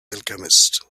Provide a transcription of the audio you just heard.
alchemist